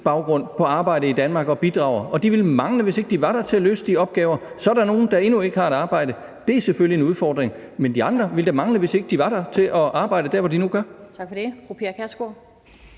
på arbejde i Danmark og bidrager. De ville mangle, hvis ikke de var der, til at løse de opgaver. Så er der nogle, der endnu ikke har et arbejde. Det er selvfølgelig en udfordring, men de andre ville da mangle, hvis ikke de var der til at arbejde der, hvor de nu gør